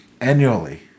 annually